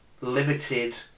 limited